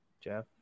Jeff